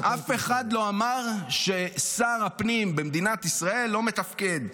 אף אחד לא אמר ששר הפנים במדינת ישראל לא מתפקד.